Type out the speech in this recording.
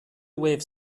wave